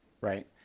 right